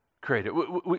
created